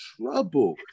trouble